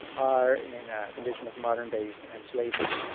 and are in a condition of modern-day enslavement.